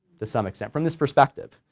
to some extent, from this perspective,